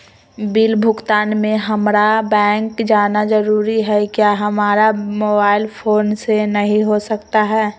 Bill भुगतान में हम्मारा बैंक जाना जरूर है क्या हमारा मोबाइल फोन से नहीं हो सकता है?